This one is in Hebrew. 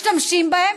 משתמשים בהם,